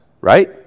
right